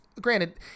granted